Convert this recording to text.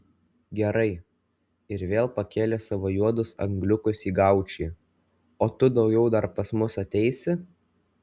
gerai ir vėl pakėlė savo juodus angliukus į gaučį o tu daugiau dar pas mus ateisi